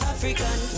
African